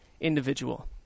individual